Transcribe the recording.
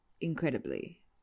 incredibly